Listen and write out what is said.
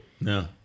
No